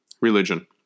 religion